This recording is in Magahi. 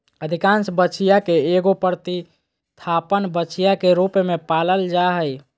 अधिकांश बछिया के एगो प्रतिस्थापन बछिया के रूप में पालल जा हइ